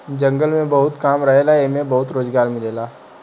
जंगल में बहुत काम रहेला एइमे बहुते रोजगार मिलेला